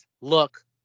look